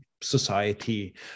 society